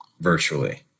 virtually